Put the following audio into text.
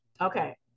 okay